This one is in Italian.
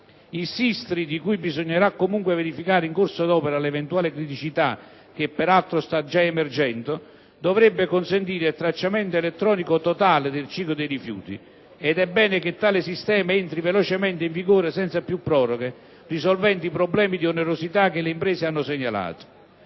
Il SISTRI, di cui bisognerà comunque verificare in corso d'opera le eventuali criticità, che peraltro stanno già emergendo, dovrebbe consentire il tracciamento elettronico totale del ciclo dei rifiuti, ed è bene che tale sistema entri velocemente in vigore senza più proroghe, risolvendo i problemi di onerosità che le imprese hanno segnalato.